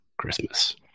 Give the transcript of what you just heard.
Christmas